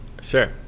Sure